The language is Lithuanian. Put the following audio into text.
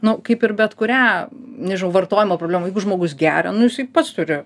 nu kaip ir bet kurią nežinau vartojimo problemų jeigu žmogus geria nu jisai pats turi